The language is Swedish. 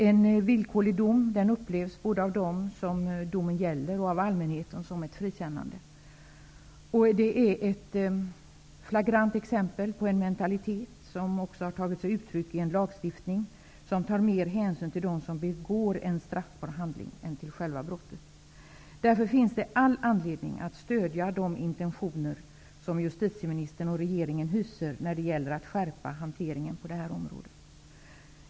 En villkorlig dom upplevs både av dem som domen gäller och av allmänheten som ett frikännande. Det är ett flagrant exempel på en mentalitet som också har tagit sig uttryck i en lagstiftning som tar mer hänsyn till dem som begår en straffbar handling än till själva brottet. Därför finns det all anledning att stödja de intentioner som justitieministern och regeringen har när det gäller att skärpa hanteringen på det här området.